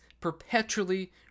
perpetually